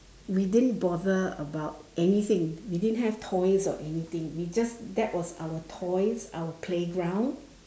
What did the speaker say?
we didn't bother about anything we didn't have toys or anything we just that was our toys our playground